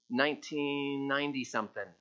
1990-something